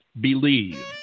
Believe